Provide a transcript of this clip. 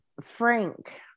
Frank